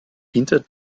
hinter